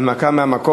הנמקה מהמקום.